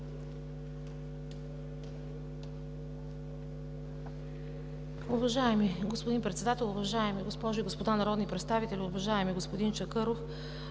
Уважаеми господин Председател, уважаеми госпожи и господа народни представители! Уважаеми господин Чакъров,